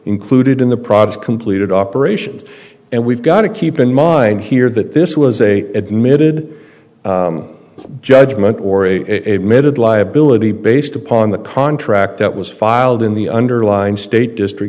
included in the project completed operations and we've got to keep in mind here that this was a admitted judgment or a mid liability based upon the contract that was filed in the underlying state district